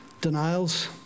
denials